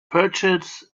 purchase